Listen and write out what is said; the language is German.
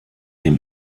dem